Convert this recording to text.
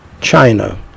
China